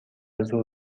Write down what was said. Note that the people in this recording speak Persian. زور